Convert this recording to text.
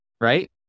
right